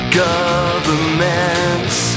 governments